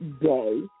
day